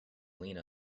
lena